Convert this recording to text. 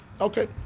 Okay